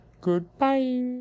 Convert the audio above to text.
goodbye